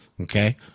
Okay